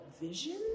vision